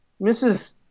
Mrs